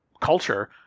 culture